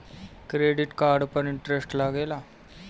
Credit card पर interest लागेला?